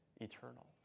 eternal